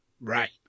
Right